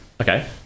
Okay